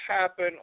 happen